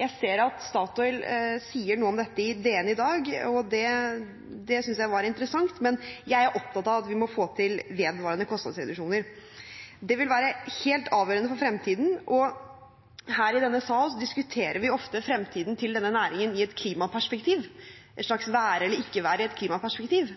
Jeg ser at Statoil sier noe om dette i Dagens Næringsliv i dag. Det synes jeg er interessant, men jeg er opptatt av at vi må få til vedvarende kostnadsreduksjoner. Det vil være helt avgjørende for fremtiden, og her i denne sal diskuterer vi ofte fremtiden til denne næringen i et klimaperspektiv, et slags være eller ikke være i et klimaperspektiv,